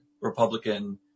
Republican